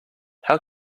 how